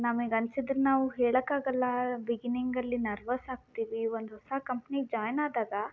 ನಮಿಗೆ ಅನ್ಸಿದನ್ನು ನಾವು ಹೇಳೋಕ್ಕಾಗಲ್ಲ ಬಿಗಿನಿಂಗಲ್ಲಿ ನರ್ವಸ್ ಆಗ್ತೀವಿ ಒಂದು ಹೊಸ ಕಂಪ್ನಿಗೆ ಜಾಯ್ನ್ ಆದಾಗ